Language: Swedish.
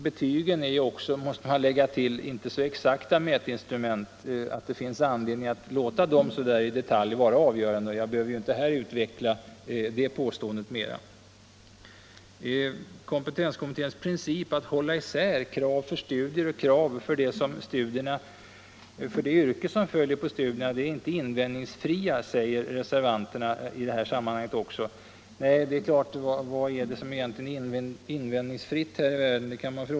Betygen är inte heller, måste man lägga till, så exakta mätinstrument att det finns anledning att låta dem så där i detalj vara avgörande. Jag behöver inte här utveckla det påståendet ytterligare. Kompetenskommitténs princip att hålla isär kravet för studier och krav för det yrke som följer på studierna är inte invändningsfri, säger reservanterna. Nej, man kan fråga sig vad som egentligen är invändningsfritt här i världen.